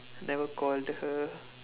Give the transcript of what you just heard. never called her